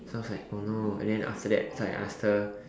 so I was like oh no and then after that so I asked her